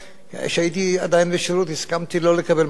כשהייתי עדיין בשירות הסכמתי לא לקבל משכורת,